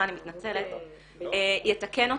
יתקן אותי,